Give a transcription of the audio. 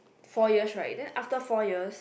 four yars right then after four yars